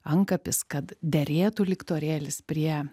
antkapis kad derėtų liktorėlis prie